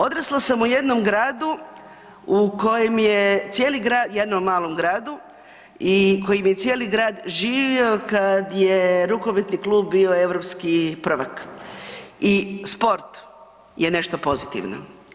Odrasla sam u jednom gradu u kojem je cijeli grad, jednom malom gradu i kojim je cijeli grad živio kad je rukometni klub bio europski prvak i sport je nešto pozitivno.